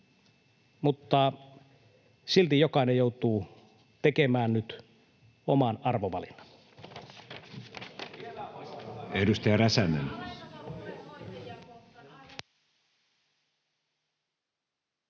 mutta silti jokainen joutuu tekemään nyt oman arvovalinnan.